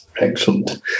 Excellent